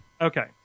Okay